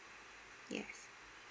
yes